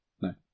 No